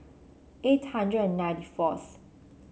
eight hundred and ninety fourth